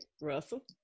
Russell